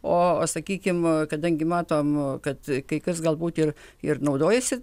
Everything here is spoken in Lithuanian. o sakykim kadangi matom kad kai kas galbūt ir ir naudojasi